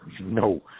no